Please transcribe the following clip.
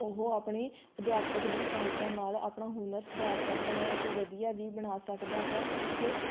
ਉਹ ਆਪਣੇ ਅਧਿਆਪਕ ਦੀ ਸਹਾਇਤਾ ਨਾਲ਼ ਆਪਣਾ ਹੁਨਰ ਸੁਧਾਰ ਸਕਦਾ ਹੈ ਅਤੇ ਵਧੀਆ ਵੀ ਬਣਾ ਸਕਦਾ ਹੈ ਇਸ